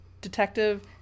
detective